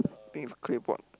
I think it's claypot